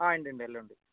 ആ ഉണ്ട് ഉണ്ട് എല്ലാമുണ്ട്